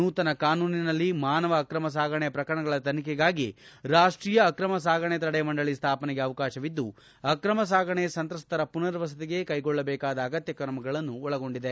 ನೂತನ ಕಾನೂನಿನಲ್ಲಿ ಮಾನವ ಅಕ್ರಮ ಸಾಗಣೆ ಪ್ರಕರಣಗಳ ತನಿಖೆಗಾಗಿ ರಾಷ್ಟೀಯ ಅಕ್ರಮ ಸಾಗಣೆ ತಡೆ ಮಂಡಳಿ ಸ್ಥಾಪನೆಗೆ ಅವಕಾಶವಿದ್ದು ಅಕ್ರಮ ಸಾಗಣೆ ಸಂತ್ರಸ್ತರ ಪುನರ್ವಸತಿಗೆ ಕೈಗೊಳ್ಳಬೇಕಾದ ಅಗತ್ಯ ಕ್ರಮಗಳನ್ನು ಒಳಗೊಂಡಿದೆ